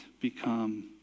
become